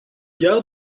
gare